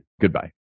Goodbye